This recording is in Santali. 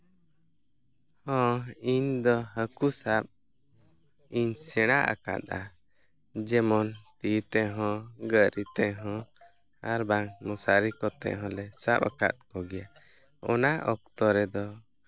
ᱦᱚᱸ ᱤᱧ ᱫᱚ ᱦᱟᱹᱠᱩ ᱥᱟᱵᱽ ᱤᱧ ᱥᱮᱬᱟ ᱟᱠᱟᱫᱼᱟ ᱡᱮᱢᱚᱱ ᱛᱤ ᱛᱮᱦᱚᱸ ᱜᱟᱹᱨᱤ ᱛᱮᱦᱚᱸ ᱟᱨ ᱵᱟᱝ ᱢᱚᱥᱟᱨᱤ ᱠᱚᱛᱮ ᱦᱚᱸᱞᱮ ᱥᱟᱵᱽ ᱟᱠᱟᱫ ᱠᱚᱜᱮᱭᱟ ᱚᱱᱟ ᱚᱠᱛᱚ ᱨᱮᱫᱚ